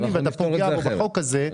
אתה פוגע בו בחוק הזה.